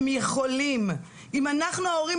הם יכולים" אם אנחנו ההורים,